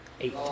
Eight